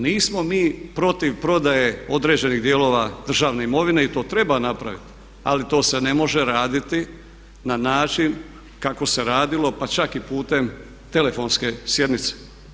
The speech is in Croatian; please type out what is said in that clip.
Nismo mi protiv prodaje određenih dijelova državne imovine i to treba napraviti ali to se ne može raditi na način kako se radilo pa čak i putem telefonske sjednice.